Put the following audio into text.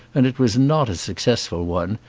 and it was not a suc cessful one,